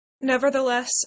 Nevertheless